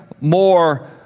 more